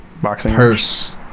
purse